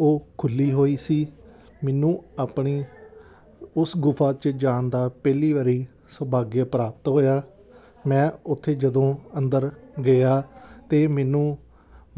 ਉਹ ਖੁੱਲ੍ਹੀ ਹੋਈ ਸੀ ਮੈਨੂੰ ਆਪਣੀ ਉਸ ਗੁਫ਼ਾ 'ਚ ਜਾਣ ਦਾ ਪਹਿਲੀ ਵਾਰੀ ਸੁਭਾਗਿਆ ਪ੍ਰਾਪਤ ਹੋਇਆ ਮੈਂ ਉੱਥੇ ਜਦੋਂ ਅੰਦਰ ਗਿਆ ਤਾਂ ਮੈਨੂੰ